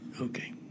Okay